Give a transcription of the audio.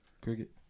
Cricket